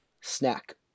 snack